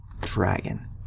dragon